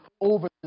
over